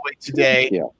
today